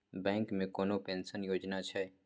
Bank मे कोनो pension योजना छै?